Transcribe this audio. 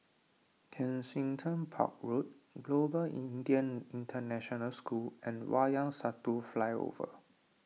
Kensington Park Road Global Indian International School and Wayang Satu Flyover